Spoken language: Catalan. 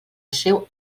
seu